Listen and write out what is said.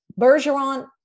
Bergeron